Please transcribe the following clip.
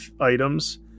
items